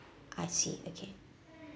I see okay